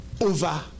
over